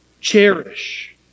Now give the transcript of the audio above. Cherish